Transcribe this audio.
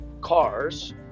cars